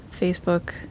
Facebook